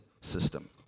system